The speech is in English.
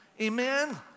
Amen